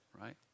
right